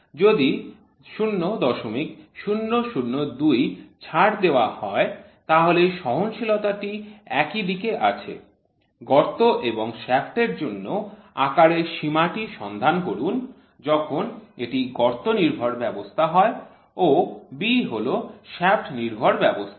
যদি ০০০২ ছাড় দেওয়া হয় তাহলে সহনশীলতা টি একদিকেই আছে গর্ত এবং শ্যাফ্টের জন্য আকারের সীমাটি সন্ধান করুন যখন এটি গর্ত নির্ভর ব্যবস্থা হয় ও b হল শ্য়াফ্ট নির্ভর ব্যবস্থা